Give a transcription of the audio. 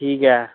ठीक ऐ